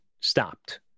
stopped